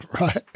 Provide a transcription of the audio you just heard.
Right